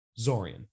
Zorian